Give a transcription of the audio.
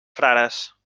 frares